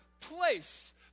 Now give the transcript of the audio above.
place